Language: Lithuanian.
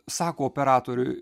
sako operatoriui